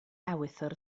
ewythr